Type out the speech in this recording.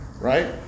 right